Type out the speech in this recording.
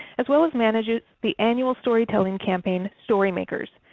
as well as manages the annual storytelling campaign, storymakers.